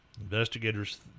Investigators